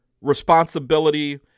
responsibility